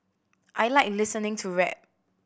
I like listening to rap